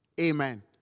Amen